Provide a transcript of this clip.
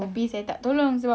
tapi tu ada sebab